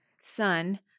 son